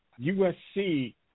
USC